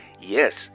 Yes